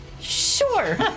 Sure